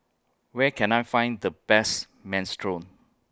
Where Can I Find The Best Minestrone